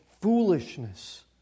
foolishness